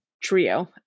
trio